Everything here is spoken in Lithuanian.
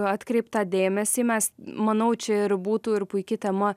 atkreiptą dėmesį mes manau čia ir būtų ir puiki tema